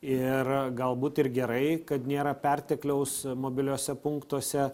ir galbūt ir gerai kad nėra pertekliaus mobiliuose punktuose